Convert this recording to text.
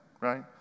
right